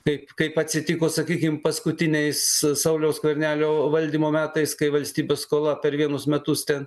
kaip kaip atsitiko sakykim paskutiniais sauliaus skvernelio valdymo metais kai valstybės skola per vienus metus ten